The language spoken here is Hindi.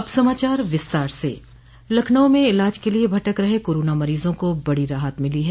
अब समाचार विस्तार से लखनऊ में इलाज के लिये भटक रहे कोरोना मरीजों को बड़ी राहत मिली है